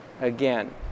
again